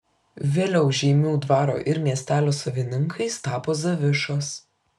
vėliau žeimių dvaro ir miestelio savininkais tapo zavišos